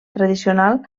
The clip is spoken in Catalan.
tradicional